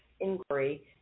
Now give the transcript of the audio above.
Inquiry